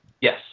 Yes